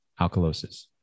alkalosis